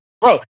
Bro